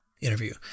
interview